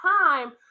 time